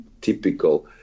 typical